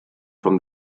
from